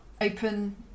open